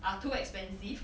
are too expensive